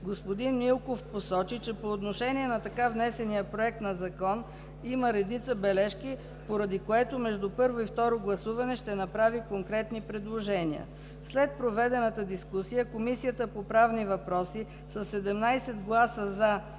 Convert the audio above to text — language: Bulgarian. Господин Милков посочи, че по отношение на така внесения Законопроект има редица бележки, поради което между първо и второ гласуване ще направи конкретни предложения. След проведената дискусия Комисията по правни въпроси със 17 гласа